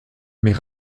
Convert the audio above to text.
mais